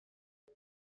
فکر